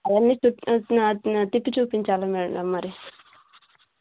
అవన్నీ తిప్పి చూపించాలి మేడం మరి